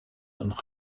een